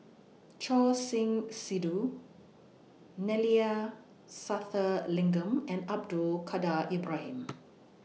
Choor Singh Sidhu Neila Sathyalingam and Abdul Kadir Ibrahim